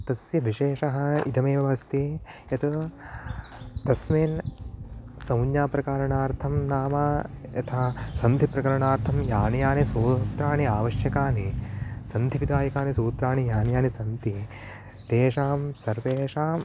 तस्य विशेषः इदमेव अस्ति यत् तस्मिन् संज्ञाप्रकरणार्थं नाम यथा सन्धिप्रकरणार्थं यानि यानि सूत्राणि आवश्यकानि सन्धिविधायकानि सूत्राणि यानि यानि सन्ति तेषां सर्वेषां